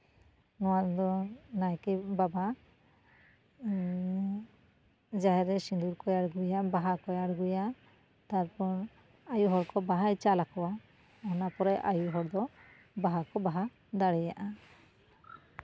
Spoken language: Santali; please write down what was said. ᱱᱚᱣᱟ ᱫᱚ ᱱᱟᱭᱠᱮ ᱵᱟᱵᱟ ᱡᱟᱦᱮᱨ ᱨᱮ ᱥᱤᱸᱫᱩᱨ ᱠᱚᱭ ᱟᱬᱜᱚᱭᱟ ᱵᱟᱦᱟ ᱠᱚᱭ ᱟᱬᱜᱚᱭᱟ ᱛᱟᱨᱯᱚᱨ ᱟᱭᱳ ᱦᱚᱲ ᱠᱚ ᱵᱟᱦᱟᱭ ᱪᱟᱞ ᱟᱠᱚᱣᱟ ᱚᱱᱟ ᱯᱚᱨᱮ ᱟᱹᱭᱩ ᱦᱚᱲ ᱫᱚ ᱵᱟᱦᱟ ᱠᱚ ᱵᱟᱦᱟ ᱫᱟᱲᱮᱭᱟᱜᱼᱟ